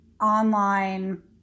online